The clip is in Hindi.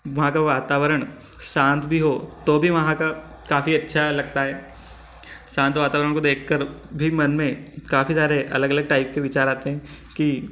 वहाँ का वातावरण शांत भी हो तो भी वहाँ का काफी अच्छा लगता है शांत वातावरण को देख कर भी मन में काफी सारे अलग अलग टाइप के विचार आते हैं कि